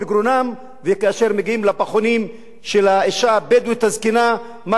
כאשר מגיעים לפחונים של האשה הבדואית הזקנה מרים אל-זיאד,